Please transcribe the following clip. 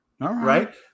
right